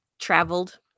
traveled